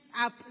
up